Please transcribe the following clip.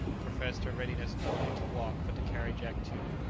professed her readiness not only to walk, but to carry jack too.